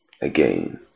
again